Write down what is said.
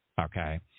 Okay